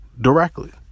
directly